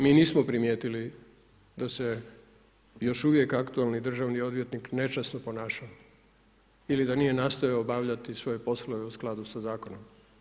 Mi nismo primijetili da se još uvijek aktualni državni odvjetnik nečasno ponaša ili da nije nastojao obavljati svoje poslove u skladu sa zakonom.